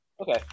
Okay